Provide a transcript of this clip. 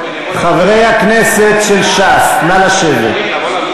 חברי הכנסת של ש"ס, נא לשבת.